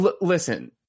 Listen